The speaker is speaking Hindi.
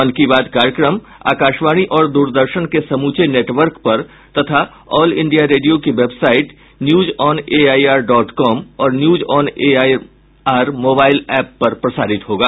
मन की बात कार्यक्रम आकाशवाणी और द्ररदर्शन के समूचे नेटवर्क पर तथा ऑल इंडिया रेडियो की website news on AIR dot com और news on AIR mobile app पर प्रसारित होगा